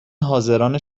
حاضران